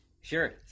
Sure